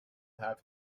have